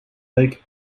lake